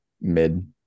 mid